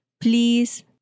please